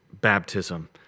baptism